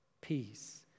peace